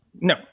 No